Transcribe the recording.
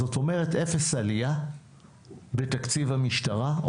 זאת אומרת אפס עלייה בתקציב המשטרה,